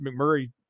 McMurray